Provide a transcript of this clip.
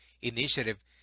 Initiative